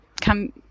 come –